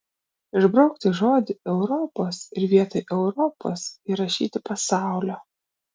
išbraukti žodį europos ir vietoj europos įrašyti pasaulio